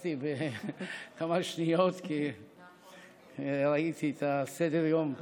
שפספסתי בכמה שניות, כי ראיתי את סדר-היום משתנה.